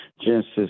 Genesis